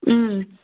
ꯎꯝ